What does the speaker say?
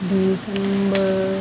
december